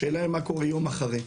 השאלה היא מה קורה יום אחרי.